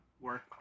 work